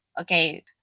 okay